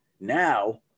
now